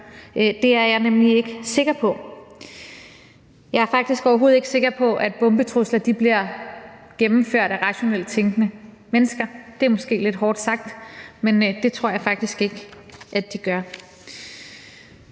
Det er jeg nemlig ikke sikker på. Jeg er faktisk overhovedet ikke sikker på, at bombetrusler bliver gennemført af rationelt tænkende mennesker. Det er måske lidt hårdt sagt, men det tror jeg faktisk ikke at de gør.